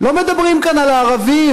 לא מדברים כאן על הערבים.